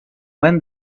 when